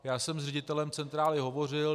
Já jsem s ředitelem centrály hovořil.